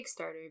Kickstarter